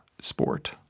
sport